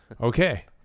Okay